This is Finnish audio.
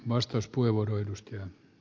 arvoisa puhemies